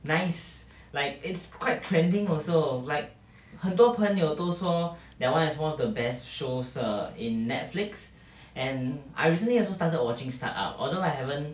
nice like it's quite trending also like 很多朋友都说 that [one] is one of the best shows err in Netflix and I recently also started watching start up although I haven't